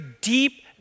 deep